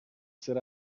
sit